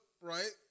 right